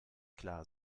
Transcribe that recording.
klar